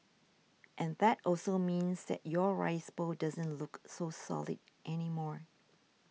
and that also means that your rice bowl doesn't look so solid anymore